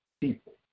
people